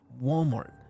Walmart